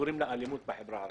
שקוראים לה אלימות בחברה הערבית.